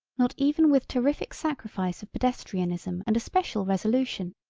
not even with terrific sacrifice of pedestrianism and a special resolution,